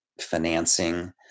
financing